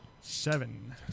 seven